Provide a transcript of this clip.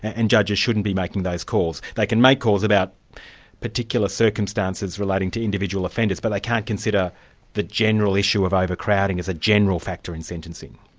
and judges shouldn't be making those calls. they can make calls about particular circumstances relating to individual offenders, but they like can't consider the general issue of overcrowding as a general factor in sentencing?